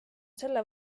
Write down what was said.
selle